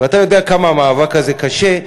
ואתה יודע כמה המאבק הזה קשה,